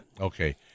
Okay